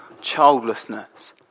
childlessness